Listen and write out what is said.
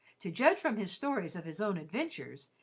to judge from his stories of his own adventures,